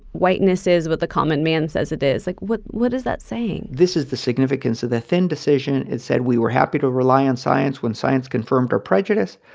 whiteness is what the common man says it is, like what what is that saying? this is the significance of the thind decision. it said we were happy to rely on science when it confirms our prejudice,